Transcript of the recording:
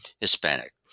hispanic